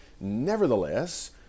Nevertheless